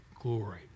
glory